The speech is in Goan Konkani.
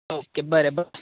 ऑके बरें बरें